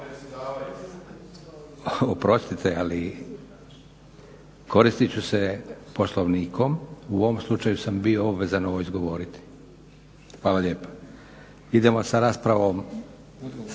Oprostite ali koristit ću se Poslovnikom u ovom slučaju sam bio obvezan ovo izgovoriti. Hvala lijepa. Idemo sa raspravom.